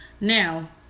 now